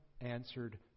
answered